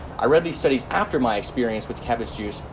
i read these studies after my experience with cabbage juice,